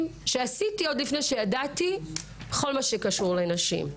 שעשיתי עוד לפני שידעתי כל מה שקשור לנשים.